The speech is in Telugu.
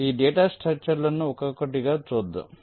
ఈ డేటా స్ట్రక్చర్ లను ఒక్కొక్కటిగా చూద్దాం